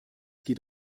geht